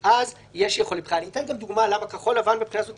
ואם אנחנו ניצור כאן מצב שאנחנו נאפשר שכל חבר כנסת חדש